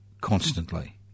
constantly